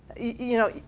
you know,